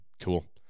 Cool